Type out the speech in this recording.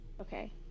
Okay